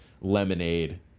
Lemonade